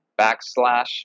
backslash